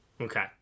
Okay